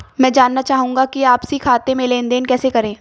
मैं जानना चाहूँगा कि आपसी खाते में लेनदेन कैसे करें?